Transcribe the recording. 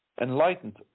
enlightened